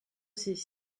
ces